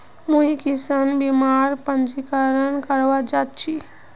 मुई किसान बीमार पंजीकरण करवा जा छि